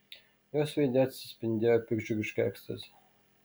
jos veide atsispindėjo piktdžiugiška ekstazė